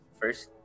first